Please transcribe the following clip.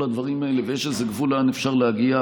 הדברים האלה ויש איזה גבול לאן אפשר להגיע.